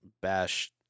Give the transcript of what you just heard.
bash